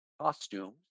costumes